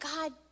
God